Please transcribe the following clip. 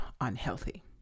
unhealthy